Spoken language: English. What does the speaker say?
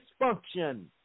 dysfunction